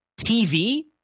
TV